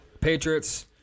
Patriots